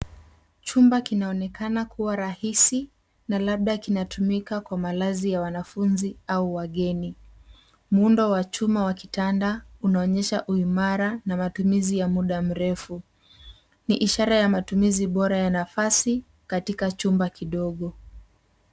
Chumba kinaonekana kuwa rahisi, na labda kinatumika kwa malazi ya wanafunzi au wageni. Muundo wa chuma wa kitanda unaonyesha uimara na matumizi ya muda mrefu. Ni ishara ya matumizi bora ya nafasi katika chumba kidogo.